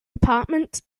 department